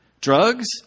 drugs